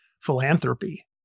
philanthropy